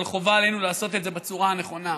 אבל חובה עלינו לעשות את זה בצורה הנכונה.